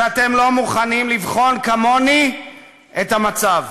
שאתם לא מוכנים לבחון כמוני את המצב.